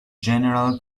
general